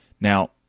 Now